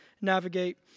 navigate